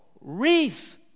wreath